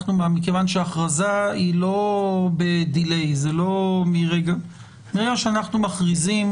מכיוון שההכרזה היא לא בדיליי מרגע שאנחנו מכריזים,